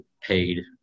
paid